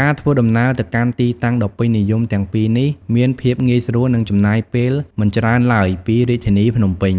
ការធ្វើដំណើរទៅកាន់ទីតាំងដ៏ពេញនិយមទាំងពីរនេះមានភាពងាយស្រួលនិងចំណាយពេលមិនច្រើនឡើយពីរាជធានីភ្នំពេញ